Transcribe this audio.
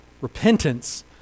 Repentance